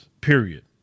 period